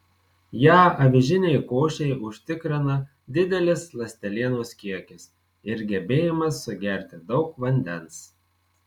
ją avižinei košei užtikrina didelis ląstelienos kiekis ir gebėjimas sugerti daug vandens